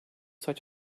such